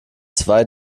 zwei